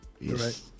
yes